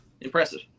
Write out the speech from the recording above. impressive